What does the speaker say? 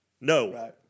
No